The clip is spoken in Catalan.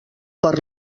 per